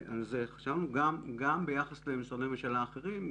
גם ביחס למשרדי ממשלה אחרים,